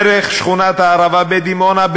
דרך שכונת הערבה בדימונה,